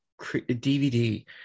DVD